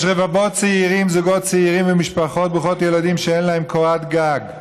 יש רבבות זוגות צעירים ומשפחות ברוכות ילדים שאין להם קורת גג,